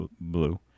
blue